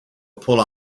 pull